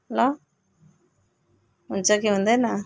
ल हुन्छ कि हुँदैन